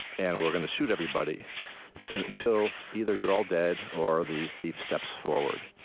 and we're going to shoot everybody until either you're all dead or the thief steps forward.